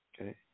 Okay